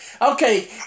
Okay